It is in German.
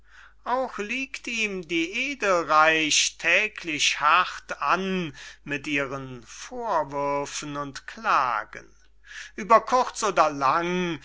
auch liegt ihm die edelreich täglich hart an mit ihren vorwürfen und klagen ueber kurz oder lang